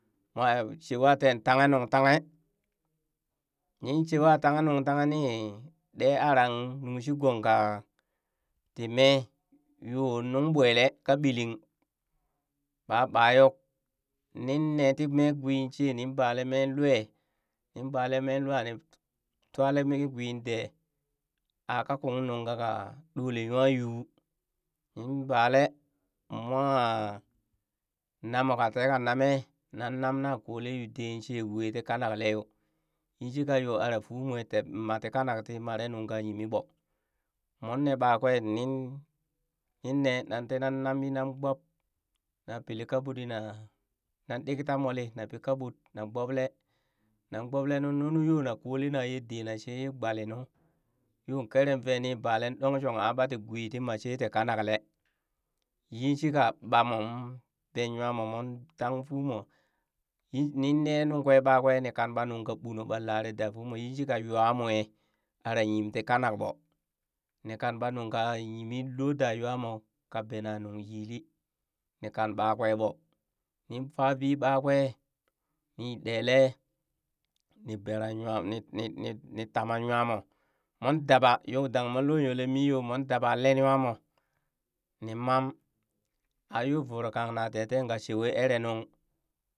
shewa teen tanghe nung tanghee nin shewa tanghe nung tanghee ni ɗe aran nuŋshigong kaa ti mee yoo nungɓwelee ka ɓiling ɓa ɓayok nin nee tii mee gweeshe nin balen meen lwaa nin balee mee lwaa nin tw- twalee mee gwee dee aa kakung nun ka ka ɗolee nwa yuu mm bale mwa namooh ka tee ka namee nan nem na koolee yu dee shee wee tii kanakle yoo, yin shika yo ara fuumoo teb ma ti kanak ti mare nuŋ ka yimi ɓoo moon ne ɓakwee, nin ne nan ti nan nam yinan gbob na pili kaɓutɗi nan ɗikta moli nan pili kaɓutɗi nan ɗikta moli na pi kaɓut na gboblee nan gbobelee nu nu yo na kole ye dee nu she yee gbalit nu yon kere vee nii balee ɗonshong aa ɓatii gwee tii ma shee tii kanakle yin shika ɓaa moon been nywaa moo moon tangh fumoo yin nin nee nuŋkwe ɓakwee ni kan ɓa nung ka ɓuno ɓa lare da fumoo, yinshika yuwa mwe ara yim ti ka nak ɓoo, ni kang ɓa nuŋ ka yimii loo da yuwa mooh ka bena nung yili nin kan ɓakwe ɓoo, nin fa bi ɓakwee ni ɗele ni beran nwa mo ni- ni- ni- ni taman nwa mo, mon daba yo dangha mon loo nywalee mii yoo mon daba len nwa mo nii mam ayo voroo kang na teteen ka shewe eree nuŋ.